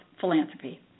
philanthropy